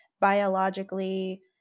biologically